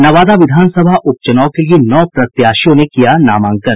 नवादा विधानसभा उपचुनाव के लिए नौ प्रत्याशियों ने किया नामांकन